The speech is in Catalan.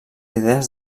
idees